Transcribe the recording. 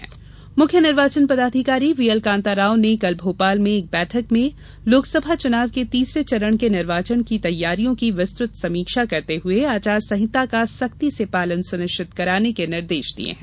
चुनाव समीक्षा मुख्य निर्वाचन पदाधिकारी व्हीएल कान्ता राव ने कल भोपाल में एक बैठक में लोकसभा चुनाव के तीसरे चरण के निर्वाचन की तैयारियों की विस्तृत समीक्षा करते हुए आचार संहिता का सख्ती से पालन सुनिश्चित कराने के निर्देश दिए हैं